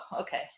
okay